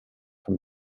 from